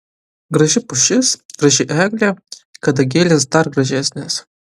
graži pušis graži eglė kadagėlis dar gražesnis